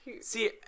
See